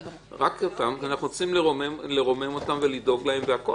אנחנו רוצים לרומם אותם ולדאוג להם והכול.